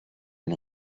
ein